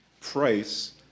price